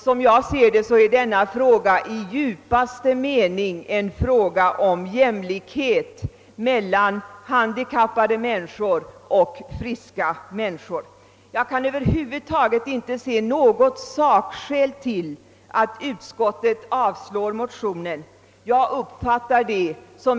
Som jag ser det är denna fråga i djupaste mening en fråga om jämlikhet mellan handikappade människor och friska människor. Jag kan över huvud taget inte finna något sakskäl för utskottets avstyrkande av motionen. Jag uppfattar utskottets ställningstagande som.